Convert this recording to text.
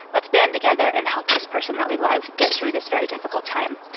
let's band together and help this person that we love get through this very difficult time.